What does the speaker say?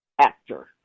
actor